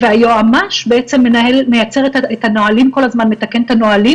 והיועץ המשפטי מייצר ומתקן את הנהלים.